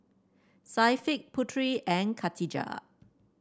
Syafiq Putri and Katijah